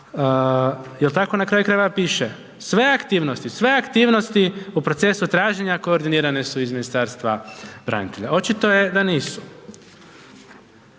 jer tako na kraju krajeva piše. Sve aktivnosti, sve aktivnosti u procesu traženja, koordinirane su iz Ministarstva branitelja. Očito je da nisu.